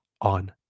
on